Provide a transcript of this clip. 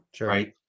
Right